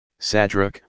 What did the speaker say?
Sadruk